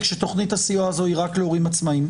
שתוכנית הסיוע הזו היא רק להורים עצמאיים,